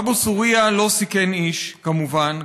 אבו ת'וריא לא סיכן איש, כמובן.